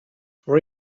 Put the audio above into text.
for